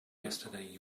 yesterday